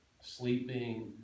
sleeping